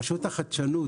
רשות החדשנות,